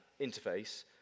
interface